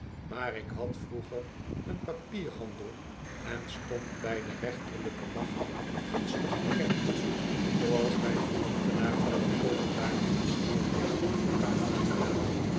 maar ik had vroeger een papierhandel en stond bij de rechterlijke macht gunstig bekend zooals by den ambtenaar van t openbaar ministerie den